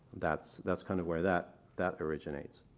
that's that's kind of where that that originates.